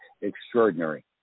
extraordinary